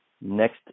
next